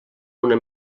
una